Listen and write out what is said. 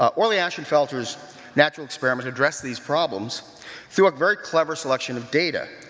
orley ashenfelter's natural experiment addressed these problems through a very clever selection of data.